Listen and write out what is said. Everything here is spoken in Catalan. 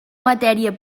matèria